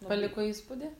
paliko įspūdį